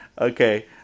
Okay